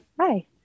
Hi